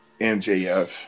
MJF